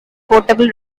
portable